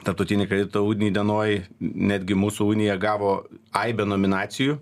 tarptautinių kredito unijų dienoj netgi mūsų unija gavo aibę nominacijų